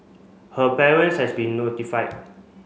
her parents has been notified